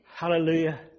Hallelujah